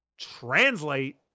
translate